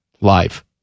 live